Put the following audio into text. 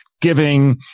giving